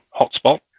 hotspot